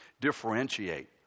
differentiate